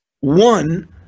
One